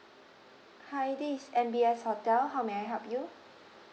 hi this is M_B_S hotel how may I help you